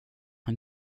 han